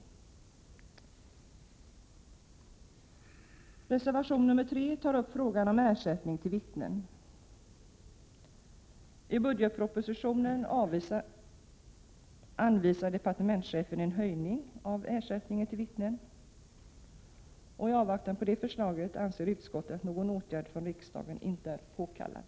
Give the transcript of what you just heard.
Ireservation 3 tas upp frågan om ersättning till vittnen. I budgetpropositionen aviserar departementschefen en höjning av ersättningen till vittnen, och i avvaktan på det förslaget anser utskottet att någon åtgärd från riksdagen inte är påkallad.